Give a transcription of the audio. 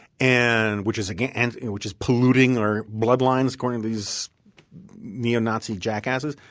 and which is and which is polluting our bloodlines, according to these neo-nazi jackasses.